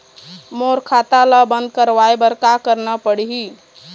मोर खाता ला बंद करवाए बर का करना पड़ही?